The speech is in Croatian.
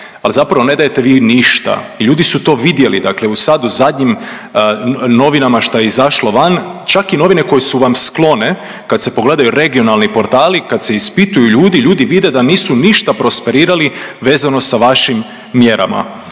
Ali zapravo ne dajete vi ništa. Ljudi su to vidjeli, dakle sad u zadnjim novinama šta je izašlo van čak i novine koje su vam sklone kad se pogledaju regionalni portali, kad se ispituju ljudi, ljudi vide da nisu ništa prosperirali vezano sa vašim mjerama.